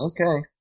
Okay